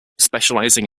specialising